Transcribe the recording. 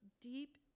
deep